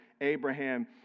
Abraham